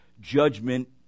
judgment